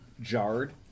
jarred